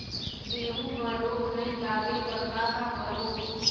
गेहूं म रोग नई लागे बर का का करबो?